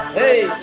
hey